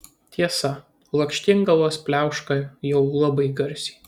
tiesa lakštingalos pliauška jau labai garsiai